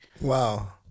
Wow